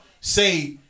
say